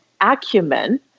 acumen